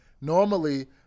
normally